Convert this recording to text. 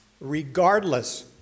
regardless